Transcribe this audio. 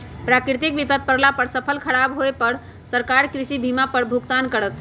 प्राकृतिक विपत परला से फसल खराब होय पर सरकार कृषि बीमा पर भुगतान करत